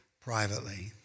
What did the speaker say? privately